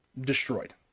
destroyed